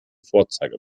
vorzeige